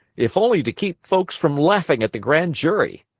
if only to keep folks from laughing at the grand jury.